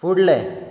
फुडलें